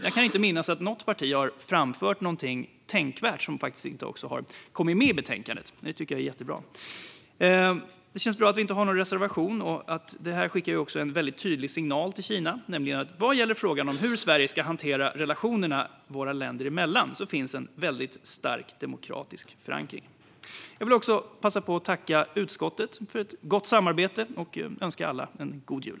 Jag kan inte minnas att något parti har framfört något tänkvärt som sedan inte har kommit med i betänkandet, vilket är jättebra. Det känns bra att vi inte har några reservationer. Det skickar också en tydlig signal till Kina, nämligen att vad gäller frågan om hur Sverige ska hantera relationerna våra länder emellan finns en väldigt stark demokratisk förankring. Jag vill också passa på att tacka utskottet för ett gott samarbete och önska alla en god jul.